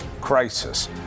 crisis